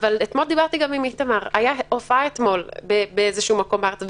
אתמול דיברתי עם איתמר הייתה הופעה אתמול באיזשהו מקום בארץ.